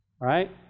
Right